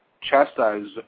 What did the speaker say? chastised